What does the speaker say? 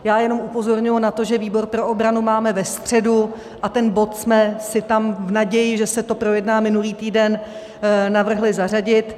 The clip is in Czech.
Já jenom upozorňuji na to, že výbor pro obranu máme ve středu a ten bod jsme si tam v naději, že se to projedná minulý týden, navrhli zařadit.